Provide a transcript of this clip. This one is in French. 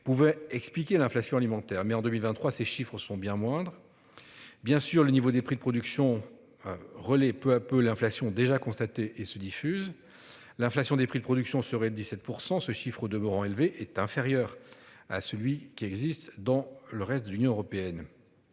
pouvait expliquer l'inflation alimentaire mais en 2023, ces chiffres sont bien moindres. Bien sûr, le niveau des prix de production. Relais peu à peu l'inflation déjà constaté et se diffuse. L'inflation des prix de production serait 17 pour ce chiffre au demeurant élevé est inférieur à celui qui existe dans le reste de l'Union européenne.